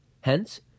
Hence